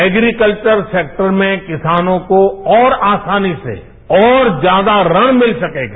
agriculture sector में किसानों को और आसानी से और ज्यादा ऋण मिल सकेगा